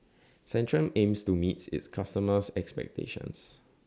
Centrum aims to meets its customers' expectations